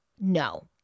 No